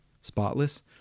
spotless